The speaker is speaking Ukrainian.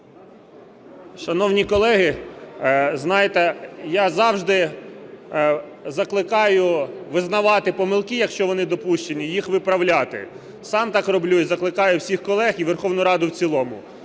Шановні колеги, знаєте, я завжди закликаю визнавати помилки, якщо вони допущені, і їх виправляти. Сам так роблю і закликаю всіх колег і Верховну Раду в цілому.